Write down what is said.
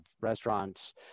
restaurants